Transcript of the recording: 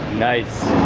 nice.